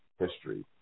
history